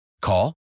Call